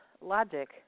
Logic